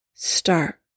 start